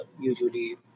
usually